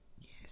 Yes